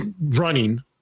running